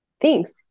Thanks